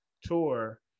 tour